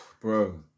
Bro